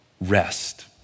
rest